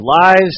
lives